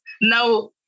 now